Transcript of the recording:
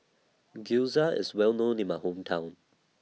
Gyoza IS Well known in My Hometown